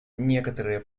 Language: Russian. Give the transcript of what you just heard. некоторые